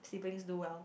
siblings do well